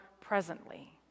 presently